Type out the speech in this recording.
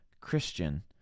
Christian